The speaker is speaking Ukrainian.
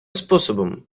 способом